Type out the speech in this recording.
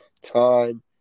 time